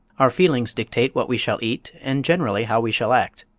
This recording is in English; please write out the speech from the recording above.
our feelings dictate what we shall eat and generally how we shall act.